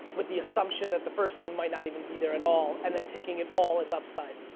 with the assumption that the first thing might not even be there at all, and then taking it all as upside.